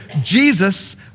Jesus